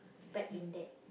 pack in that